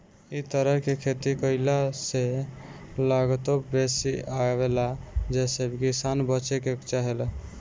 इ तरह से खेती कईला से लागतो बेसी आवेला जेसे किसान बचे के चाहेला